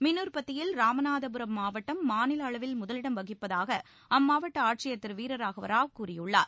மின் உற்பத்தியில் ராமநாதபுரம் மாவட்டம் மாநில அளவில் முதலிடம் வகிப்பதாக அம்மாவட்ட ஆட்சியர் திரு வீரராகவ ராவ் கூறியுள்ளார்